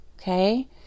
okay